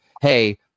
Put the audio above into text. hey